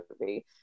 movie